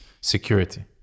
security